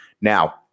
Now